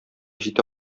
җитә